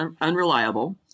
unreliable